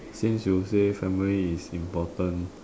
since you said family is important